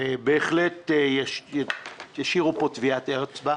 בהחלט ישאירו פה טביעת אצבע.